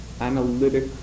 analytic